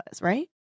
right